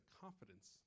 confidence